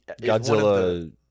Godzilla